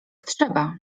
trzeba